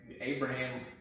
Abraham